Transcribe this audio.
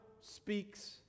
speaks